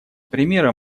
примера